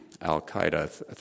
al-Qaeda